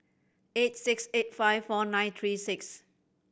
eight six eight five four nine three six